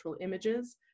images